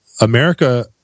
America